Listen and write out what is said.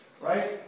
Right